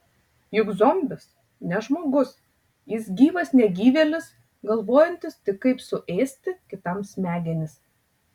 juk zombis ne žmogus jis gyvas negyvėlis galvojantis tik kaip suėsti kitam smegenis